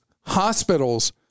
hospitals